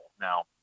Now